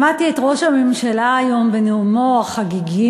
שמעתי את ראש הממשלה היום בנאומו החגיגי